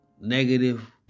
negative